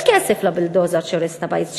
יש כסף לבולדוזר שהורס את הבית שלה,